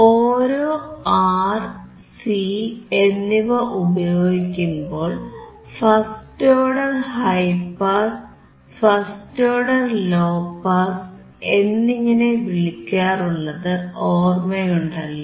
ഓരോ R C എന്നിവ ഉപയോഗിക്കുമ്പോൾ first order high pass first order low pass എന്നിങ്ങനെ വിളിക്കാറുള്ളത് ഓർമയുണ്ടല്ലോ